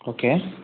okay